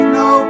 no